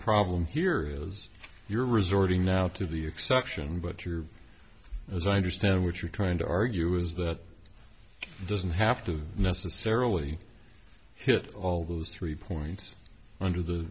problem here is you're resorting now to the exception but you're as i understand what you're trying to argue is that doesn't have to necessarily hit all those three points under the